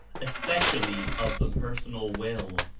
especially of the personal will.